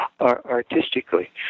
artistically